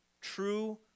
true